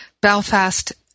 Belfast